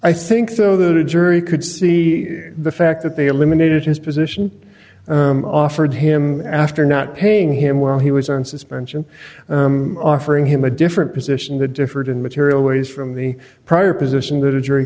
i think though that a jury could see the fact that they eliminated his position offered him after not paying him while he was on suspension offering him a different position that differed in material ways from the prior position that a jury